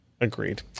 Agreed